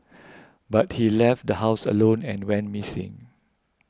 but he left the house alone and went missing